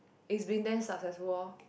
is being damn successful oh